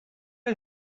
are